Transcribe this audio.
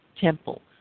temple